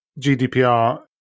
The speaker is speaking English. GDPR